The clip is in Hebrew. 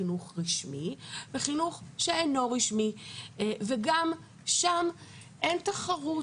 חינוך רשמי וחינוך שאינו רשמי וגם שם אין תחרות.